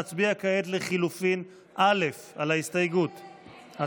נצביע כעת על ההסתייגות לחלופין א'.